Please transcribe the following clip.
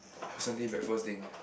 Sunday breakfast thing